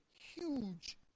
huge